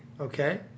Okay